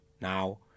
Now